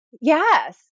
Yes